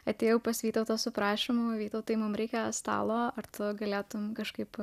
atėjau pas vytautą su prašymu vytautai mums reikia stalą ar tu galėtumei kažkaip